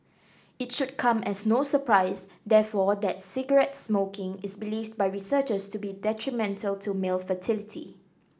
it should come as no surprise therefore that's cigarette smoking is believed by researchers to be detrimental to male fertility